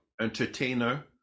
entertainer